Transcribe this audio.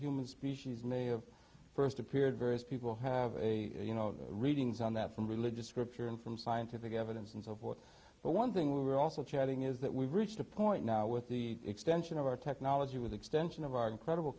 human species may of st appeared various people have a you know readings on that from religious scripture and from scientific evidence and so forth but one thing we're also chatting is that we've reached a point now with the extension of our technology with extension of our incredible